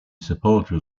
supporter